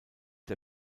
der